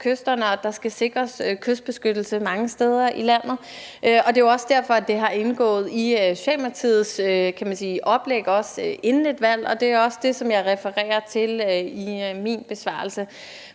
og at der skal sikres kystbeskyttelse mange steder i landet. Og det er jo også derfor, det har indgået i Socialdemokratiets oplæg inden et valg, og det er også det, som jeg refererer til i min besvarelse.